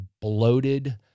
bloated